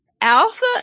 Alpha